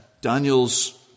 Daniel's